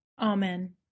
amen